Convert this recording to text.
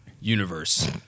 universe